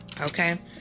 okay